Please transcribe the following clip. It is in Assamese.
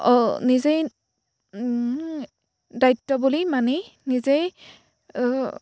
অঁ নিজেই দায়িত্ব বুলি মানি নিজেই